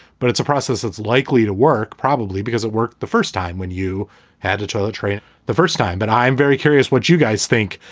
but it's a process that's likely to work, probably because it worked the first time when you had to try the train the first time. but i'm very curious what you guys think,